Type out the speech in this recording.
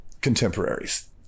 contemporaries